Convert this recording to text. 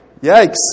Yikes